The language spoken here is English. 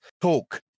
Talk